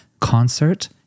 concert